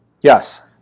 Yes